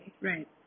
right